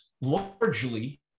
largely